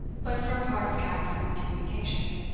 but for a part of caxon's communication.